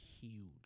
huge